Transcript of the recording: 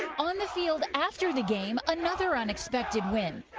on the field after the game, another unexpected win,